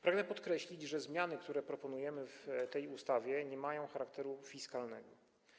Pragnę podkreślić, że zmiany, które proponujemy w tej ustawie, nie mają charakteru fiskalnego.